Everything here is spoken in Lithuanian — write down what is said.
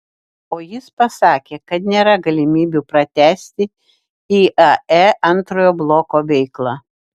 o jis pasakė kad nėra galimybių pratęsti iae antrojo bloko veiklą